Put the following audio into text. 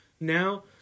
Now